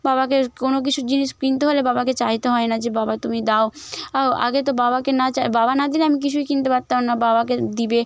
বাবাকে কোনো কিছু জিনিস কিনতে হলে বাবাকে চাইতে হয় না যে বাবা তুমি দাও আও আগে তো বাবাকে না চাই বাবা না দিলে আমি কিছুই কিনতে পারতাম না বাবাকে দিবে